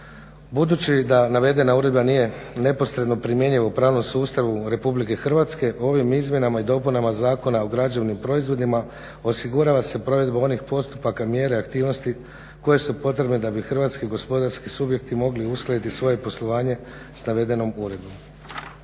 Budući da navedena uredba nije neposredno primjenjiva u pravnom sustavu Republike Hrvatske ovim izmjenama i dopunama Zakona o građevnim proizvodima osigurava se provedba onih postupaka mjere, aktivnosti koje su potrebne da bi hrvatski gospodarski subjekti mogli uskladiti svoje poslovanje sa navedenom uredbom.